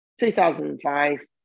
2005